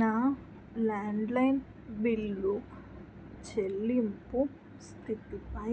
నా landline bill చెల్లింపు స్థితిపై